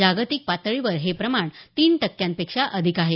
जागतिक पातळीवर हे प्रमाण तीन टक्क्यांपेक्षा अधिक आहे